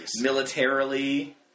Militarily